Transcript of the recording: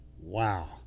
Wow